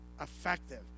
effective